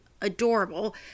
adorable